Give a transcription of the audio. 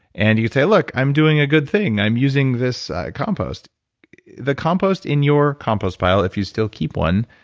and you say, look, i'm doing a good thing. i'm using this compost the compost in your compost pile, if you still keep one.